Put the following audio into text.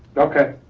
okay.